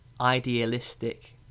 idealistic